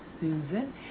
Susan